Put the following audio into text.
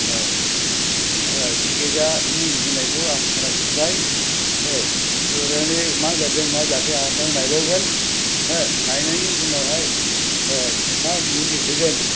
ओ ओ जिखिजाया नों बुंनायखौ आं खोनाजोबबाय ओ मा जादों मा जायाखै आं दा नायबावगोन ओ नायनायनि उनावहाय ओ मा मुलि होगोन